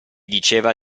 diceva